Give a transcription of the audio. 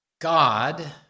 God